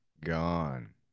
gone